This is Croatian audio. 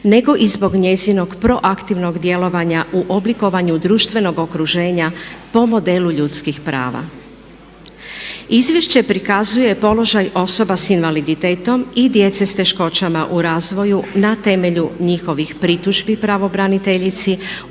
nego i zbog njezinog proaktivnog djelovanja u oblikovanju društvenog okruženja po modelu ljudskih prava. Izvješće prikazuje položaj osoba sa invaliditetom i djece sa teškoćama u razvoju na temelju njihovih pritužbi pravobraniteljici,